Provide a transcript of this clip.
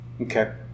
Okay